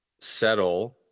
settle